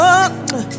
one